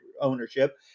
ownership